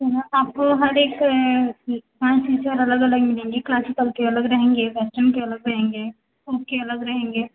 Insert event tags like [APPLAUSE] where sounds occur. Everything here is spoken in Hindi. [UNINTELLIGIBLE] आपको हर एक डांस टीचर अलग अलग मिलेंगे क्लासिकल के अलग रहेंगे वेस्टर्न के अलग रहेंगे फोक के अलग रहेंगे